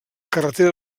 carretera